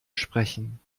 sprechen